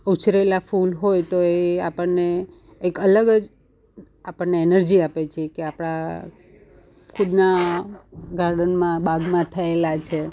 ઉછરેલાં ફૂલ હોય તો એ આપણને એક અલગ જ આપણને એનર્જી આપે છે કે આપણા ખુદના ગાર્ડનમાં બાગમાં થયેલાં છે